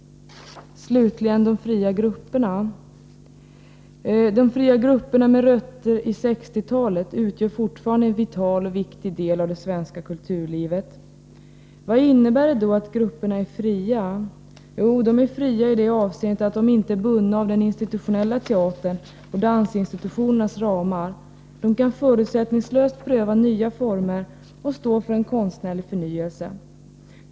Slutligen vill jag ta upp frågan om de fria grupperna. Med sina rötter i 1960-talet utgör de fria grupperna fortfarande en vital och viktig del av det svenska kulturlivet. Vad innebär det då att grupperna är fria? Jo, de är fria i det avseendet att de inte är bundna av den institutionella teaterns och av dansinstitutionernas ramar. De kan förutsättningslöst pröva nya former och stå för en konstnärlig förnyelse.